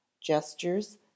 gestures